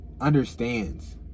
understands